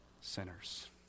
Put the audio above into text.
sinners